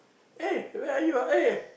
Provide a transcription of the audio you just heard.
eh where are you eh